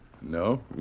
No